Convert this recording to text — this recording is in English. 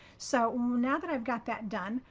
so now that i've got that done,